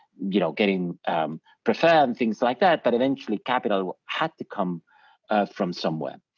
you know, getting preferred and things like that but eventually capital had to come from somewhere.